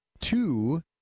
two